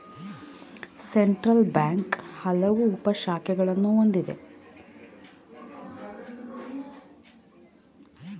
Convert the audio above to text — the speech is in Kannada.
ಸೆಂಟ್ರಲ್ ಬ್ಯಾಂಕ್ ಹಲವು ಉಪ ಶಾಖೆಗಳನ್ನು ಹೊಂದಿದೆ